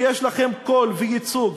כי יש לכם קול וייצוג,